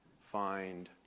find